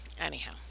anyhow